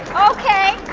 ok,